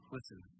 Listen